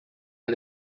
and